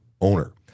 owner